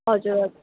हजुर